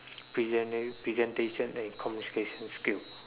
presentating presentation and communication skill